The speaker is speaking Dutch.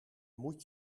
moet